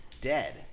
dead